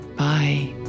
Bye